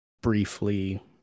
briefly